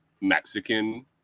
Mexican